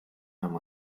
haben